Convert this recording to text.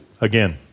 Again